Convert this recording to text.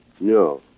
No